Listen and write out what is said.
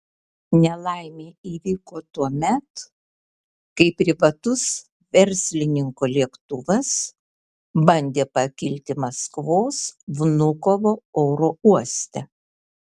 nelaimė įvyko tuomet kai privatus verslininko lėktuvas bandė pakilti maskvos vnukovo oro uoste